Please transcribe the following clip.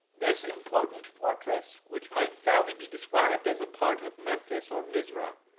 this important fortress, which might fairly be described as a part of memphis or misrah,